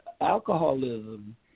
alcoholism